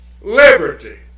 Liberty